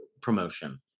promotion